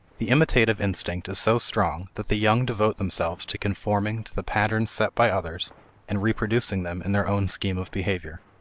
the imitative instinct is so strong that the young devote themselves to conforming to the patterns set by others and reproducing them in their own scheme of behavior.